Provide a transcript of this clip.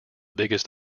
biggest